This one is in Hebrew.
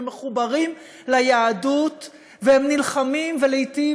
הם מחוברים ליהדות והם נלחמים ולעתים